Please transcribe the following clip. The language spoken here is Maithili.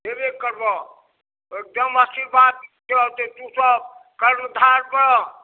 हेबे करबै एकदम आशीर्वाद दै छिअऽ जे तूसब कर्मधार बनऽ